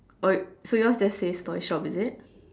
oh so yours just says toy shop is it